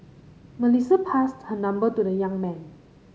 Melissa passed her number to the young man